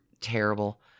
Terrible